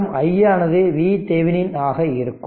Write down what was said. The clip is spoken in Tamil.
மற்றும் i ஆனது VThevenin ஆக இருக்கும்